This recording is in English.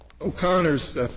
O'Connor's